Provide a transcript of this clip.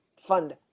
fund